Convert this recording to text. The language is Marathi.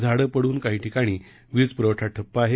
झाडं पडून काही ठिकाणचा वीज पुरवठा खंडित आहे